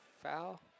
foul